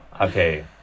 Okay